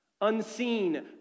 unseen